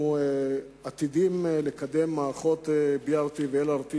אנחנו עתידים לקדם מערכות BRT ו-LRT,